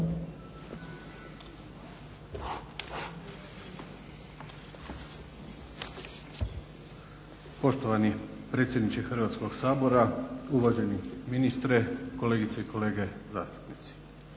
Poštovani predsjedniče Hrvatskog sabora, uvaženi ministre, kolegice i kolege zastupnici,